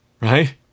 Right